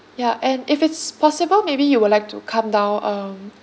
ya and if it's possible maybe you would like to come down um